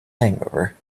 hangover